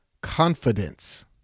confidence